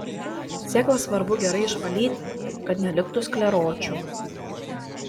sėklas svarbu gerai išvalyti kad neliktų skleročių